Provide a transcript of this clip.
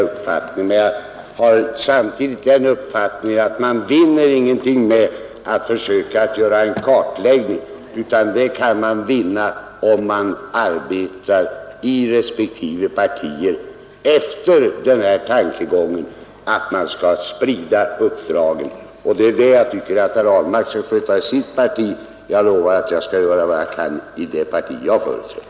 Men jag har samtidigt den uppfattningen att man ingenting vinner med att försöka göra en kartläggning; man kan vinna vad man vill uppnå om man arbetar i respektive partier efter tankegången att man skall sprida uppdragen, Det är det som jag tycker att herr Ahlmark skall sköta i sitt parti — jag lovar att jag skall göra vad jag kan i det parti som jag företräder.